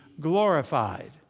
glorified